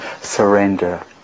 surrender